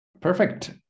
Perfect